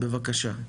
בבקשה.